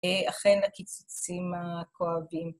אכן הקיצוצים הכואבים.